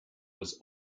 was